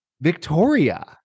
Victoria